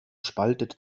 spaltet